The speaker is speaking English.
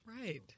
Right